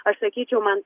aš sakyčiau man